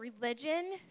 religion